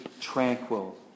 tranquil